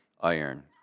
iron